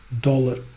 dollar